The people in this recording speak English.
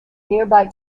nearby